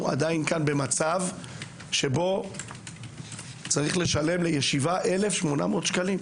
עדיין כאן במצב שבו צריך לשלם לישיבה 1,800 שקלים?